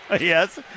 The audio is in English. Yes